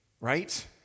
right